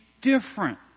different